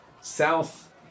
south